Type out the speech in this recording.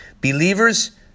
believers